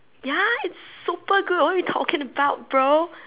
ya it's super good what are you talking about bro